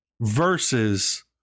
Versus